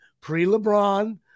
pre-LeBron